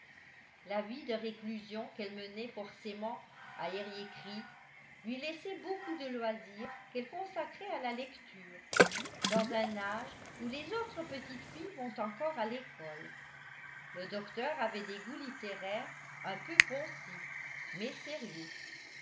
la vie de réclusion qu'elle menait forcément à eriécreek lui laissait beaucoup de loisirs qu'elle consacrait à la lecture dans un âge où les autres petites filles vont encore à l'école le docteur avait des goûts littéraires un peu ponsifs mais sérieux